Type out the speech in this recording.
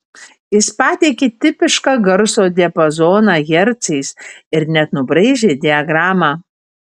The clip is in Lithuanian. jis pateikė tipišką garso diapazoną hercais ir net nubraižė diagramą